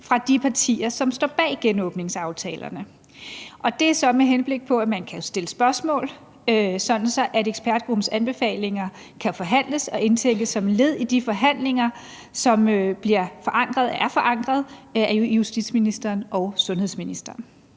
af ekspertgruppens anbefalinger, med henblik på at man kan stille spørgsmål, sådan at ekspertgruppens anbefalinger kan forhandles og indtænkes som led i de forhandlinger, som er forankret hos justitsministeren og sundhedsministeren.